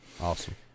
Awesome